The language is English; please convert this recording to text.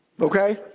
Okay